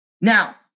Now